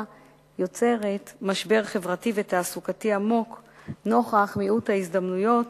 יוצרת משבר חברתי ותעסוקתי עמוק נוכח מיעוט ההזדמנויות